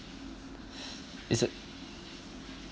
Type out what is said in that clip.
is a